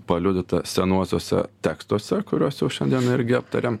paliudyta senuosiuose tekstuose kuriuos jau šiandien irgi aptarėm